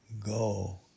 Go